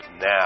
now